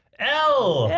l